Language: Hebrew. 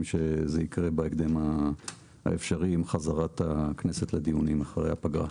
שזה יקרה בהקדם האפשרי עם חזרת הכנסת לדיונים אחרי הפגרה.